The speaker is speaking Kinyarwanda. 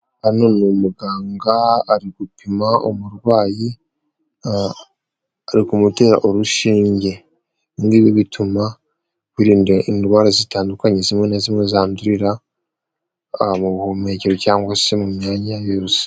Hano ni umuganga ari gupima umurwayi arikumutera urushinge, ibi ngibi bituma birinda indwara zitandukanye zimwe na zimwe zandurira mu buhumekero cyangwa se mu myanya yose.